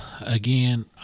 again